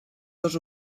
dos